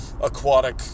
aquatic